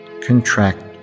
contract